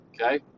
okay